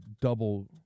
double